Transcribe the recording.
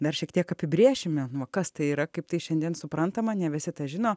dar šiek tiek apibrėšime kas tai yra kaip tai šiandien suprantama ne visi žino